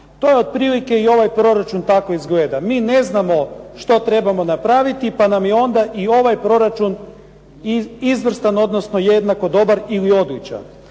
To otprilike i ovaj proračun tako izgleda, mi ne znamo što trebamo napraviti, pa nam je onda i ovaj proračun izvrstan odnosno jednako dobar ili odličan